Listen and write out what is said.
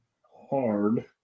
hard